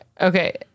Okay